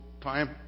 time